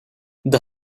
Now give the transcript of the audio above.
the